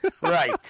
right